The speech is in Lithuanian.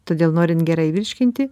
todėl norint gerai virškinti